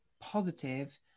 positive